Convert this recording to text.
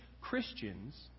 Christians